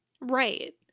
right